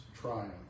triumph